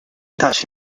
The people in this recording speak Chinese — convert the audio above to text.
大学